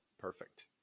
perfect